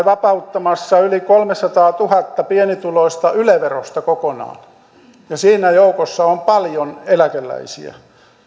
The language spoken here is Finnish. vapauttamassa yli kolmesataatuhatta pienituloista yle verosta kokonaan ja siinä joukossa on paljon eläkeläisiä